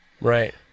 right